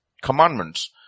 Commandments